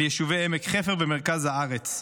אל יישובי עמק חפר ומרכז הארץ.